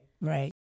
Right